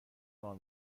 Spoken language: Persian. راه